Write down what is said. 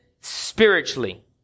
spiritually